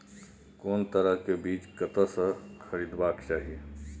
कोनो तरह के बीज कतय स खरीदबाक चाही?